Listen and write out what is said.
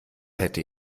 hätte